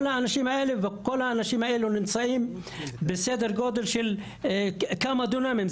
כל האנשים האלה נמצאים בסדר גודל של כמה דונמים.